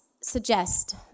suggest